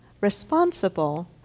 responsible